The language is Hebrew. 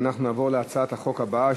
ואנחנו נעבור להצעת החוק הבאה,